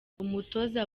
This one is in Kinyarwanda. umutoza